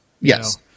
Yes